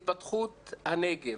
התפתחות הנגב,